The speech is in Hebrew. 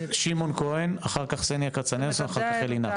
שמעון כהן, אחר כך שמעון כצנלסון, אחר כך אלי נכט.